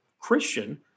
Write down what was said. Christian